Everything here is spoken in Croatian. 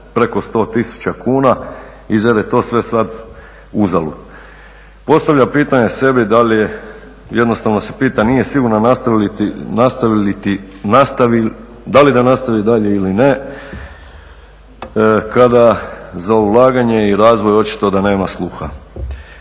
preko 100 tisuća kuna, izgleda da je to sve sada uzalud. Postavlja pitanje sebi da li je jednostavno se pita nije sigurna da li da nastavi dalje ili ne kada za ulaganje i razvoj očito da nema sluha.